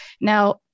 Now